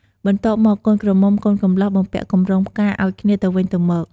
បន្ទាប់់មកកូនក្រមុំកូនកំលោះបំពាក់កម្រងផ្កាអោយគ្នាទៅវិញទៅមក ។